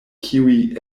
kiuj